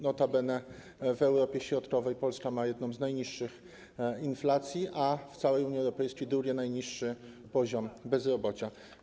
Notabene w Europie Środkowej Polska ma jedną z najniższych inflacji, a w całej Unii Europejskiej - drugi najniższy poziom bezrobocia.